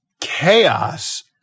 chaos